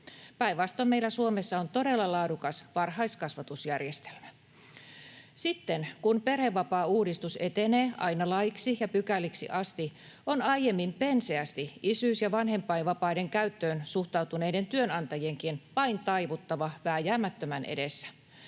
Päinvastoin, meillä Suomessa on todella laadukas varhaiskasvatusjärjestelmä. Sitten kun perhevapaauudistus etenee aina laiksi ja pykäliksi asti, on aiemmin penseästi isyys‑ ja vanhempainvapaiden käyttöön suhtautuneiden työnantajienkin vain taivuttava vääjäämättömän edessä.